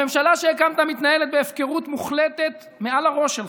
הממשלה שהקמת מתנהלת בהפקרות מוחלטת מעל הראש שלך.